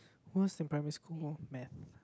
worse than primary school lor math